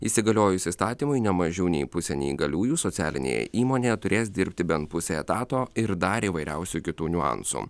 įsigaliojus įstatymui ne mažiau nei pusė neįgaliųjų socialinėje įmonėje turės dirbti bent pusė etato ir dar įvairiausių kitų niuansų